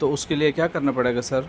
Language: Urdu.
تو اس کے لیے کیا کرنا پڑے گا سر